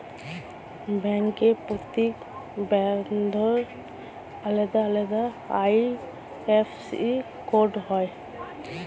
ব্যাংকের প্রত্যেক ব্রাঞ্চের আলাদা আলাদা আই.এফ.এস.সি কোড হয়